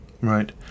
Right